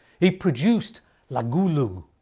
he produced la goulou